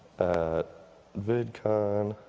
at vidcon,